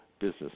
business